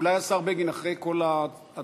אולי השר בגין, אחרי כל הדברים,